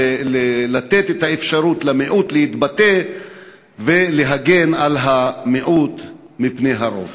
לתת למיעוט את האפשרות להתבטא ולהגן על המיעוט מפני הרוב?